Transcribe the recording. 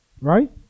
Right